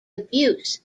abuse